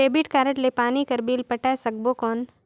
Debit card ले पानी कर बिल पटाय सकबो कौन?